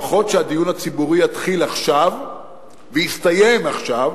לפחות שהדיון הציבורי יתחיל עכשיו ויסתיים עכשיו.